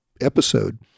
episode